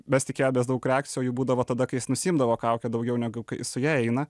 mes tikėjomės daug reakcijų o jų būdavo tada kai jis nusiimdavo kaukę daugiau negu kai su ja eina